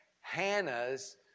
Hannah's